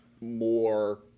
more